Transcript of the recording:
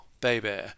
Baby